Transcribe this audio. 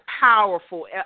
powerful